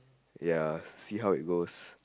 ya see how it goes